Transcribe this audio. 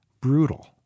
brutal